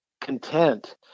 content